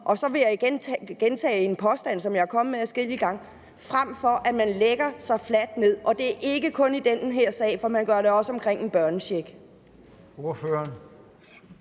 og så vil jeg gentage en påstand, som jeg er kommet med adskillige gange – at man lægger sig fladt ned; og det er ikke kun i den her sag, for man gør det også i sagen om børnechecken.